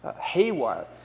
haywire